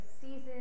season